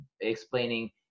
explaining